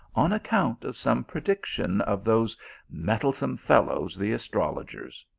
on account of some prediction of those meddlesome fellows, the astrologers.